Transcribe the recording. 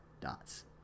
dots